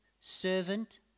servant